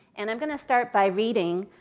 and i'm going to start by reading